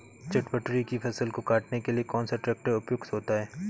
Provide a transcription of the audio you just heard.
चटवटरी की फसल को काटने के लिए कौन सा ट्रैक्टर उपयुक्त होता है?